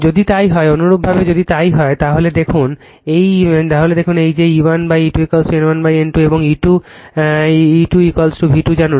যদি তাই হয় অনুরূপভাবে যদি তাই হয় তাহলে দেখুন এই যে E1 E2 N1 N2 এবং E2 V2 জানুন